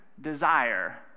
desire